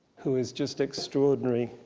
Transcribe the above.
who is just extraordinary,